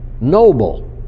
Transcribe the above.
noble